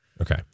Okay